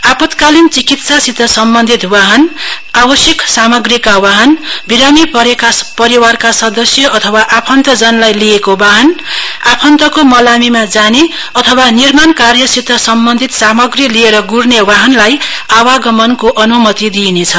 आपतकालिन चिकित्सासित सम्बन्धित वाहनआवश्यक सामाग्रीका वाहन बिरामी परेका परिवारका सदस्य अथवा आफन्तजनलाई लिएको वाहनको तथापि आफन्तको मलामी जाने तथा निर्माण कार्यसित सम्बन्धित सामाग्री लिएर ग्ड्ने वाहनलाई आवागमन अन्मति दिइनेछ